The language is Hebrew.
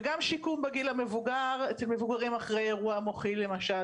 וגם שיקום בגיל המבוגר אצל מבוגרים אחרי אירוע מוחי למשל,